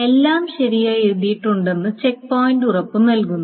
എല്ലാം ശരിയായി എഴുതിയിട്ടുണ്ടെന്ന് ചെക്ക് പോയിന്റ് ഉറപ്പ് നൽകുന്നു